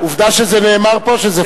עובדה שזה נאמר פה שזה fact.